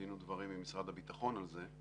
דין ודברים עם משרד הביטחון על זה,